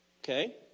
Okay